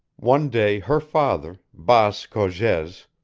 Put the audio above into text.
one day her father, baas cogez,